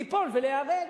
ליפול וליהרג,